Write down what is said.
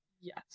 Yes